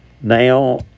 now